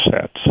sets